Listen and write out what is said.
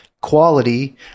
quality